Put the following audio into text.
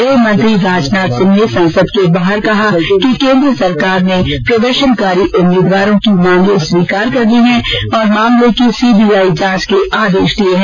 गृहमंत्री राजनाथ सिंह ने संसद के बाहर कहा कि केन्द्र सरकार ने प्रदर्शनकारी उम्मीदवारों की मांगे स्वीकार कर ली हैं और मामले की सीबीआई जांच के आदेश दिये हैं